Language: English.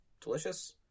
Delicious